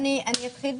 מי נגד?